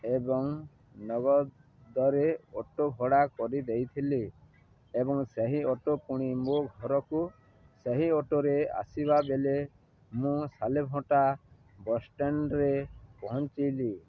ଏବଂ ନଗଦରେ ଅଟୋ ଭଡ଼ା କରିଦେଇଥିଲି ଏବଂ ସେହି ଅଟୋ ପୁଣି ମୋ ଘରକୁ ସେହି ଅଟୋରେ ଆସିବା ବେଲେ ମୁଁ ସାଲେଭଟା ବସ୍ଷ୍ଟାଣ୍ଡରେ ପହଞ୍ଚେଇଲି